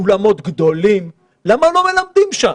אולמות גדולים, ולמה הם לא מלמדים שם?